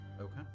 Okay